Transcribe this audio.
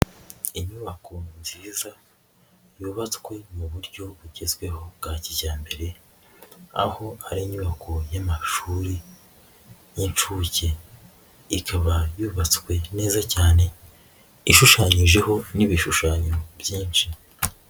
Inyubako nziza yubatswe mu buryo bugezweho bwa kijyambere aho ari inyubako y'amashuri y'inshuke ikaba yubatswe neza cyane ishushanyijeho n'ibishushanyo byinshi.